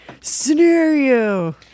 scenario